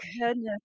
Goodness